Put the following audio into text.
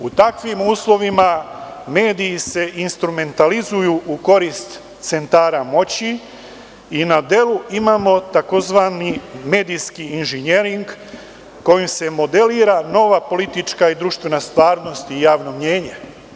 U takvim uslovima mediji se instrumentalizuju u korist centara moći i na delu imamo tzv. medijski inženjering, kojim se modelira nova politička i društvena stvarnost i javno mnjenje.